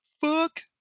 fuck